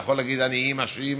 אתה יכול להגיד: עניים, עשירים,